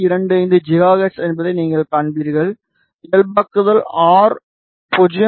25 gigahertz என்பதை நீங்கள் காண்பீர்கள் இயல்பாக்குதல் ஆர் 0